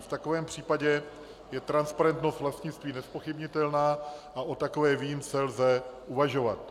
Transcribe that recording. V takovém případě je transparentnost vlastnictví nezpochybnitelná a o takové výjimce lze uvažovat.